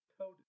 code